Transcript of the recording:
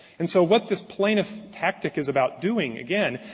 and so what this plaintiff tactic is about doing, again,